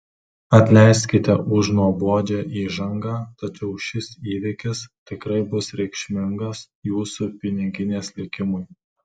atleiskite už nuobodžią įžangą tačiau šis įvykis tikrai bus reikšmingas jūsų piniginės likimui